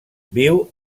viu